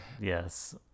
yes